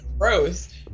Gross